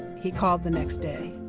he called the next day.